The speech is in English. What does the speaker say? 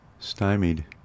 stymied